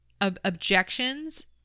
objections